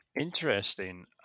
Interesting